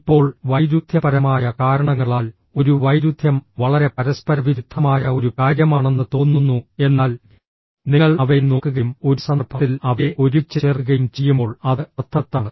ഇപ്പോൾ വൈരുദ്ധ്യപരമായ കാരണങ്ങളാൽ ഒരു വൈരുദ്ധ്യം വളരെ പരസ്പരവിരുദ്ധമായ ഒരു കാര്യമാണെന്ന് തോന്നുന്നു എന്നാൽ നിങ്ങൾ അവയെ നോക്കുകയും ഒരു സന്ദർഭത്തിൽ അവയെ ഒരുമിച്ച് ചേർക്കുകയും ചെയ്യുമ്പോൾ അത് അർത്ഥവത്താണ്